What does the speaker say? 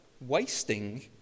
wasting